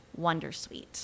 wondersuite